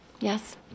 Yes